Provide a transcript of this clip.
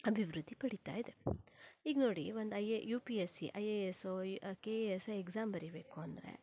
ಅಭಿವೃದ್ದಿಪಡೀತಾ ಇದೆ ಈಗ ನೋಡಿ ಒಂದು I A U P S C I A ಎಸ್ಸೊ ಕೆ ಎ ಎಸ್ಸೊ ಎಕ್ಸಾಮ್ ಬರೀಬೇಕು ಅಂದರೆ